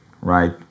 Right